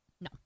No